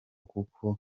kuko